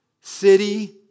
city